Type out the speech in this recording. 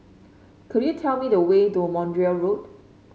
could you tell me the way to Montreal Road